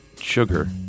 sugar